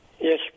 Yes